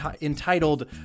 entitled